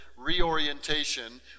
reorientation